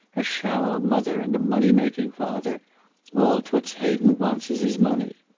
a shallow mother, and a money-making father all toots hay den wants is his money.